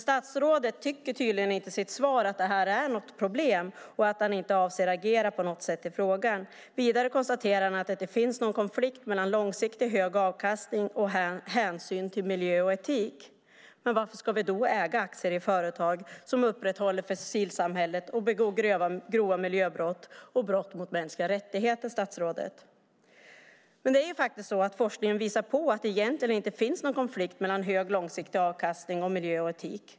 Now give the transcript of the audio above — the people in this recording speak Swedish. Statsrådet tycker i sitt svar tydligen inte att det här är något problem och avser inte att agera på något sätt i frågan. Vidare konstaterar han att det inte finns någon konflikt mellan långsiktigt hög avkastning och hänsyn till miljö och etik. Varför ska vi då äga aktier i företag som upprätthåller fossilsamhället, begår grova miljöbrott och brott mot mänskliga rättigheter, statsrådet? Det är faktiskt så att forskningen visar att det egentligen inte finns någon konflikt mellan hög långsiktig avkastning och miljö och etik.